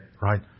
right